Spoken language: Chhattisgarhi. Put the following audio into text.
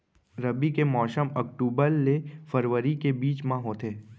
रबी के मौसम अक्टूबर ले फरवरी के बीच मा होथे